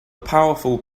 powerful